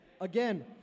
Again